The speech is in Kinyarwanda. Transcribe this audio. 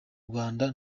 rwanda